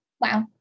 Wow